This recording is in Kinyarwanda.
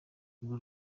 urwo